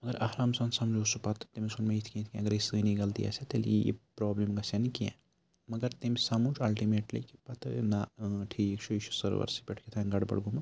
مگر آرام سان سمجوو سُہ پَتہٕ تٔمِس ووٚن مےٚ یِتھ کَنۍ یِتھ کَنۍ اگرَے سٲنی غلطی آسہِ ہا تیٚلہِ ییہِ یہِ پرٛابلِم گژھِ ہہ نہٕ کینٛہہ مگر تٔمۍ سَمُج الٹٕمیٹلی کہِ پَتہٕ نہ ٹھیٖک چھُ یہِ چھِ سٔروَرسٕے پٮ۪ٹھ کیٛاہ تام گڈبڈ گوٚمُت